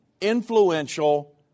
influential